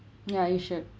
ya you should